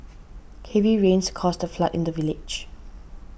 heavy rains caused a flood in the village